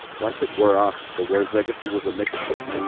once it wore off, the war's legacy was a mixed one.